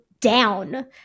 down